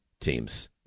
teams